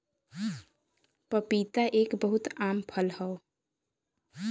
पपीता एक बहुत आम फल हौ